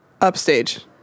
Upstage